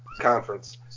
conference